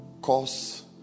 cause